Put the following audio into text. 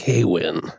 KWIN